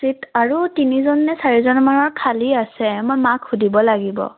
seat আৰু তিনিজন নে চাৰিজনমানৰ খালী আছে মই মাক সুধিব লাগিব